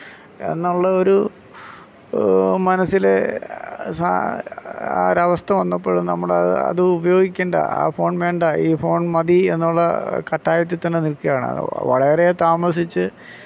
എന്നുള്ള ഒരു മനസിലെ സ ഒരവസ്ഥ വന്നപ്പോൾ നമ്മളത് ഉപയോഗിക്കേണ്ട ആ ഫോൺ വേണ്ട ഈ ഫോൺ മതി എന്നുള്ള കട്ടായത്തിൽ തന്നെ നിൽക്കയാണ് വളരെ താമസിച്ച്